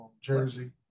Jersey